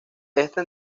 esta